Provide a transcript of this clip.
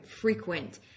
frequent